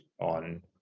on